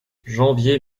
janvier